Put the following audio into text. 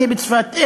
אני בצפת,